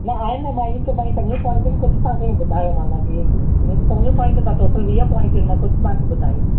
न आहिनि मां इएं चओ चङियूं पोइंटियूं आहिनि कुझु तव्हां खे इएं ॿुधायो मां तव्हां खे इएं त चङियूं पोइंटियूं अथव टोटल वीह पोइंटियूं आहिनि मां कुझु तव्हां खे ॿुधायूं